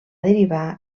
derivar